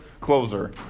closer